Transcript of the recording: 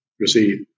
receive